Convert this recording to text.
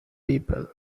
people